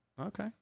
Okay